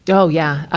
yeah oh, yeah. oh,